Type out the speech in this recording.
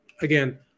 again